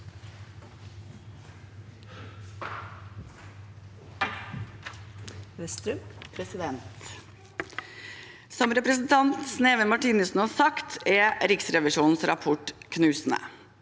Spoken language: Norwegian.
Som representanten Sneve Martinussen har sagt, er Riksrevisjonens rapport knusende.